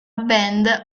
band